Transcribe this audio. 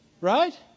Right